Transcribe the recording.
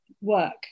work